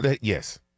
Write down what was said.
Yes